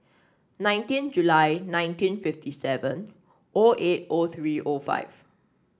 nineteen July nineteen fifty seven O eight O three O five